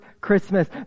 Christmas